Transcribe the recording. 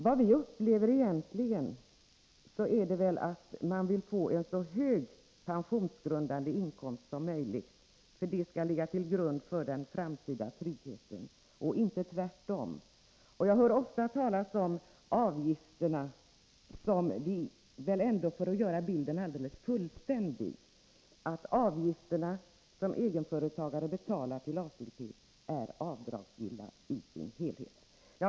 Vi har upplevt att man för sin framtida trygghet vill få en så hög pensionsgrundande inkomst som möjligt, inte tvärtom. För att göra bilden fullständig vill jag också säga att det ofta påpekas att de avgifter som egenföretagare betalar till ATP är avdragsgilla i sin helhet.